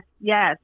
yes